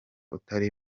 utari